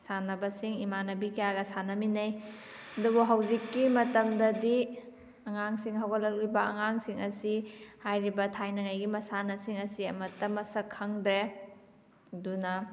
ꯁꯥꯟꯅꯕꯁꯤꯡ ꯏꯃꯥꯟꯅꯕꯤ ꯀꯌꯥꯒ ꯁꯥꯟꯅꯃꯤꯟꯅꯩ ꯑꯗꯨꯕꯨ ꯍꯧꯖꯤꯛꯀꯤ ꯃꯇꯝꯗꯗꯤ ꯑꯉꯥꯡꯁꯤꯡ ꯍꯧꯒꯠꯂꯛꯂꯤꯕ ꯑꯉꯥꯡꯁꯤꯡ ꯑꯁꯤ ꯍꯥꯏꯔꯤꯕ ꯊꯥꯏꯅꯉꯩꯒꯤ ꯃꯁꯥꯟꯅꯁꯤꯡ ꯑꯁꯤ ꯑꯃꯠꯇ ꯃꯁꯛ ꯈꯪꯗ꯭ꯔꯦ ꯑꯗꯨꯅ